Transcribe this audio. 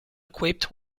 equipped